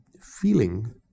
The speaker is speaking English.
feeling